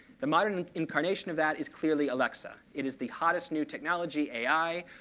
the modern incarnation of that is clearly alexa. it is the hottest new technology, ai.